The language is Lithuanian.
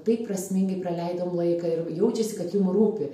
taip prasmingai praleidom laiką ir jaučiasi kad jum rūpi